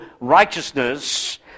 righteousness